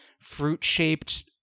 fruit-shaped